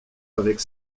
avec